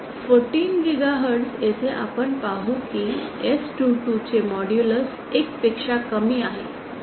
14 gigahertz येथे आपण पाहू की S22 चे मॉड्यूलस 1 पेक्षा कमी आहे